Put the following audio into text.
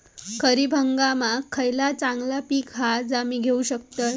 खरीप हंगामाक खयला चांगला पीक हा जा मी घेऊ शकतय?